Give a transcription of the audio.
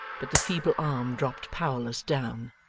but the feeble arm dropped powerless down.